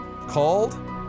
called